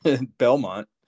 Belmont